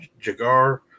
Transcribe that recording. Jagar